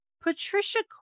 Patricia